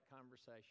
conversation